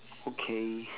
okay